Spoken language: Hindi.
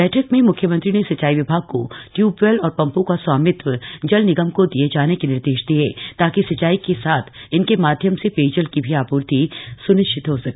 बैठक में म्ख्यमंत्री ने सिंचाई विभाग को ट्यूबवेल और पंपों का स्वामित्व जल निगम को दिये जाने के निर्देश दिये ताकि सिंचाई के साथ इनके माध्यम से पेयजल की भी आपूर्ति सुनिश्चित हो सके